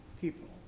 people